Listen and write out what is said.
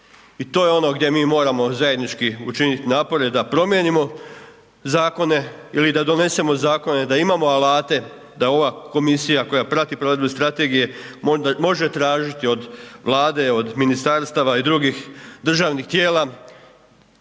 I to je ono gdje mi moramo zajednički učiniti napore da promijenimo zakone ili da donesemo zakone da imamo alate da ova komisija koja prati provedbu strategije može tražiti od Vlade, ministarstava i drugih državnih tijela